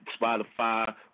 Spotify